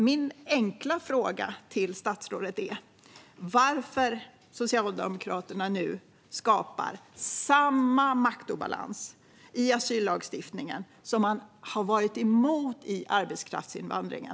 Min enkla fråga till statsrådet är: Varför skapar Socialdemokraterna nu samma maktobalans i asyllagstiftningen som man har varit emot i arbetskraftsinvandringen?